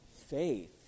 faith